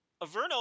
Averno